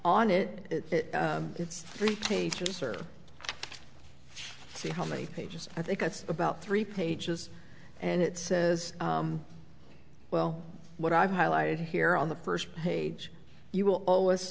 on it it's three pages or see how many pages i think that's about three pages and it says well what i've highlighted here on the first page you will al